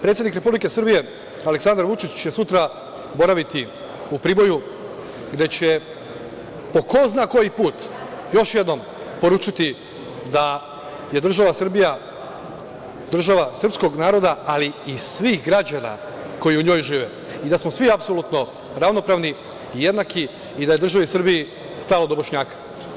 Predsednik Republike Srbije Aleksandar Vučić će sutra boraviti u Priboju, gde će, po ko zna koji put još jednom poručiti da je država Srbija država srpskog naroda, ali i svih građana koji u njoj žive i da smo svi apsolutno ravnopravni, jednaki i da je državi Srbiji stalo do Bošnjaka.